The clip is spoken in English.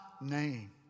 name